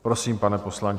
Prosím, pane poslanče.